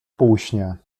półśnie